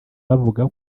bavuga